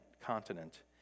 continent